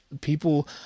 people